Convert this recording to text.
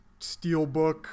Steelbook